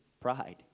pride